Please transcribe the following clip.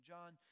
John